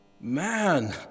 Man